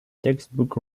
textbook